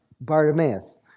Bartimaeus